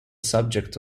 subject